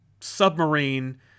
submarine